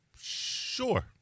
Sure